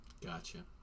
Gotcha